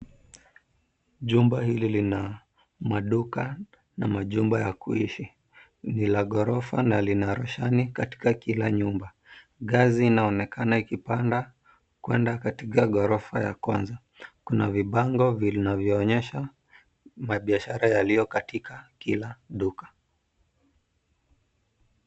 Jumba hili lina maduka na vyumba vya kuishi. Ni la ghorofa na lina roshani katika kila nyumba. Ngazi inaonekana ikipanda kuelekea kwenye ghorofa ya kwanza. Kuna vibao vidogo vinavyoonyesha biashara zilizopo katika kila duka.